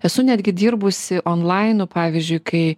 esu netgi dirbusi onlainu pavyzdžiui kai